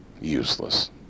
Useless